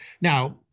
now